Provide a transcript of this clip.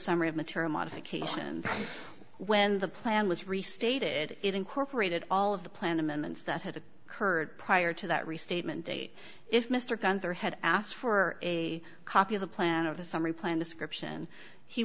summary of material modifications when the plan was restated it incorporated all of the plan amendments that have occurred prior to that restatement if mr gunther had asked for a copy of the plan of the summary plan description he